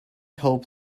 hope